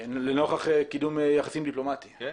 לנוכח קידום יחסים דיפלומטיים.